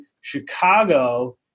Chicago